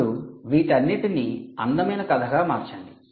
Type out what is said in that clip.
ఇప్పుడు వీటన్నింటినీ అందమైన కథగా మార్చండి